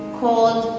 called